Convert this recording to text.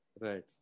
Right